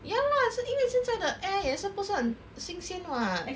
ya lah 是因为现在的 air 也是不是很新鲜 [what]